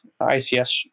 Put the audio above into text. ICS